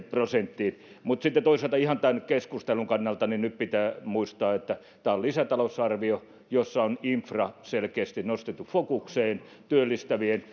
prosenttiin mutta sitten toisaalta ihan tämän keskustelun kannalta pitää nyt muistaa että tämä on lisätalousarvio jossa on infra selkeästi nostettu fokukseen työllistävien